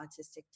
autistic